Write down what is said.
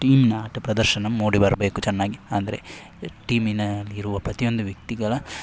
ಟೀಮ್ನ ಆಟ ಪ್ರದರ್ಶನ ಮೂಡಿ ಬರಬೇಕು ಚೆನ್ನಾಗಿ ಅಂದರೆ ಟೀಮಿನಲ್ಲಿರುವ ಪ್ರತಿಯೊಂದು ವ್ಯಕ್ತಿಗಳ